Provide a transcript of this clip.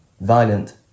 violent